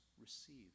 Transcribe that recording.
receive